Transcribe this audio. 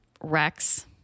Rex